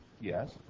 yes